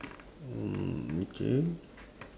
mm okay